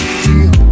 feel